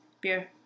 Beer